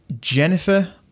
Jennifer